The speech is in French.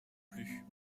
plu